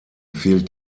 fehlt